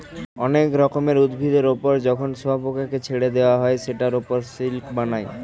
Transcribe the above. অনেক রকমের উভিদের ওপর যখন শুয়োপোকাকে ছেড়ে দেওয়া হয় সেটার ওপর সে সিল্ক বানায়